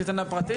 קייטנה פרטית?